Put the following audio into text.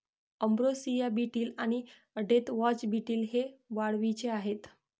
ambrosia beetle आणि deathwatch beetle हे वाळवीचे आहेत